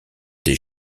des